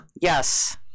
Yes